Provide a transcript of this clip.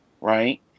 right